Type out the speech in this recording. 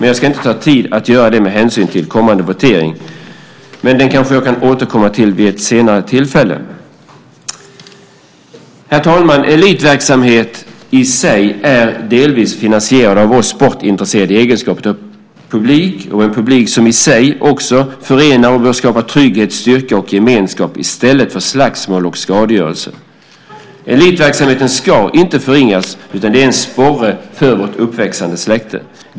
Jag ska inte ta tid till att göra det med hänsyn till kommande votering, men jag kanske kan återkomma vid ett senare tillfälle. Herr talman! Elitverksamheten är delvis finansierad av oss sportintresserade i egenskap av publik, en publik som i sig också förenar och bör skapa trygghet, styrka och gemenskap i stället för slagsmål och skadegörelse. Elitverksamheten ska inte förringas, utan den är en sporre för vårt uppväxande släkte.